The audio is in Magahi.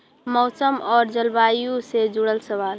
मौसम और जलवायु से जुड़ल सवाल?